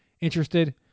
interested